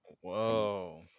whoa